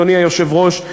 אדוני היושב-ראש,